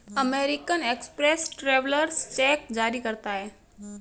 American Express travellers cheque जारी करता है